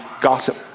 gossip